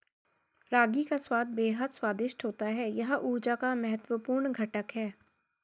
रागी का स्वाद बेहद स्वादिष्ट होता है यह ऊर्जा का महत्वपूर्ण घटक है